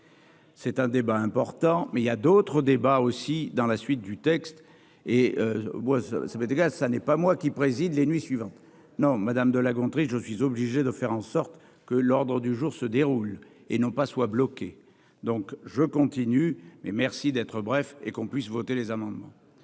C'est un débat important, mais il y a d'autres débats aussi dans la suite du texte et moi ça ça m'est égal, ça n'est pas moi qui préside les nuits suivantes non madame de La Gontrie, je suis obligée de faire en sorte que l'Ordre du jour se déroule et non pas soit bloqué, donc je continue, mais merci d'être bref et qu'on puisse voter les amendements.